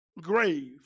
grave